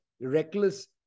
reckless